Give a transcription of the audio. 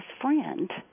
friend